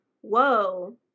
whoa